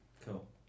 Cool